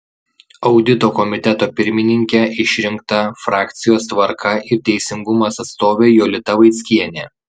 audito komiteto pirmininke išrinkta frakcijos tvarka ir teisingumas atstovė jolita vaickienė